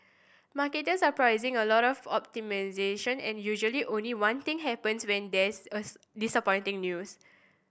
market are pricing a lot of optimisation and usually only one thing happens when there is disappointing news